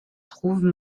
trouve